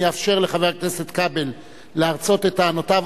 אני אאפשר לחבר הכנסת כבל להרצות את טענותיו